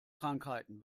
krankheiten